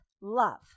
love